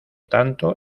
tanto